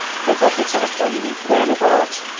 print up the ten or twelve you need. put it on your box,